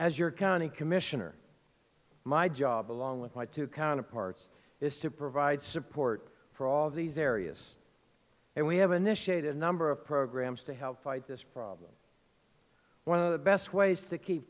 as your county commissioner my job along with my two counterparts is to provide support for all these various and we have an issue that a number of programs to help fight this problem one of the best ways to keep